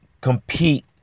compete